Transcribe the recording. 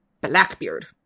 Blackbeard